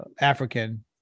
African